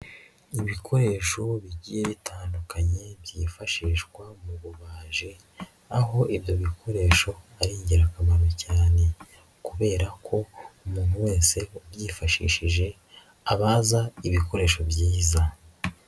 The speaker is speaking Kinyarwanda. Ibikoresho bigiye bitandukanye byifashishwa mu bubaji, aho ibyo bikoresho ari ingirakamaro cyane kubera ko umuntu wese ubyifashishije abaza ibikoresho byiza.